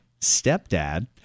stepdad